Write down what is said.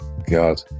god